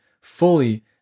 fully